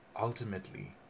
ultimately